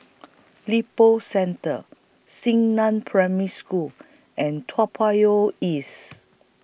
Lippo Centre Xingnan Primary School and Toa Payoh East